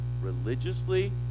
religiously